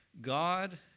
God